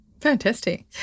Fantastic